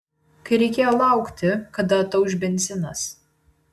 kai reikėjo laukti kada atauš benzinas